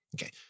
Okay